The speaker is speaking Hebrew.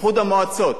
איחוד המועצות,